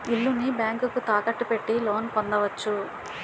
ఇల్లుని బ్యాంకుకు తాకట్టు పెట్టి లోన్ పొందవచ్చు